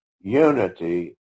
unity